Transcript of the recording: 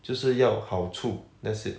就是要好处 that's it